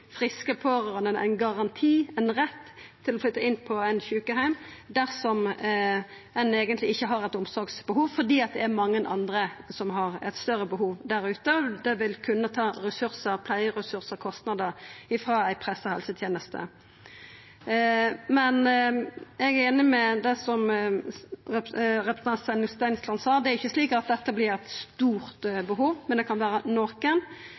friske pårørande ein garanti eller ein rett til å flytta inn på ein sjukeheim dersom ein eigentleg ikkje har eit omsorgsbehov, for det er mange andre som har eit større behov der ute, og det vil kunna ta ressursar – pleieressursar og økonomiske ressursar – frå ei pressa helseteneste. Eg er einig i det som representanten Sveinung Stensland sa: Dette vert ikkje eit stort behov, men det kan vera nokon.